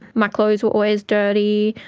my clothes were always dirty,